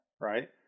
right